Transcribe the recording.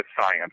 science